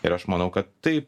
ir aš manau kad taip